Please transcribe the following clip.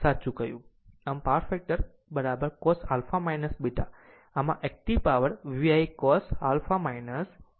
હવે આમ power factor cos α β આમ એક્ટીવ પાવર VI cos α β બરાબર